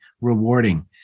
rewarding